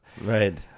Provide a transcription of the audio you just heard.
right